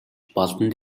балдан